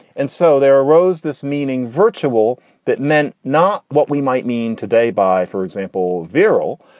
and so there arose this meaning virtual that meant not what we might mean today by, for example, viorel.